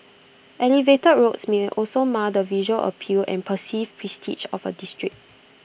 elevated roads may also mar the visual appeal and perceived prestige of A district